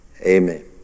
Amen